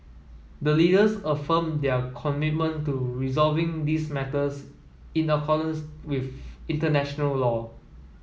the leaders affirmed their commitment to resolving these matters in accordance with international law